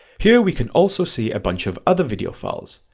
here we can also see a bunch of other video files.